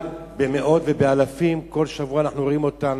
במאות ובאלפים, כל שבוע אנחנו רואים אותם